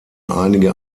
einige